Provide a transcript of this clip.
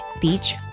beach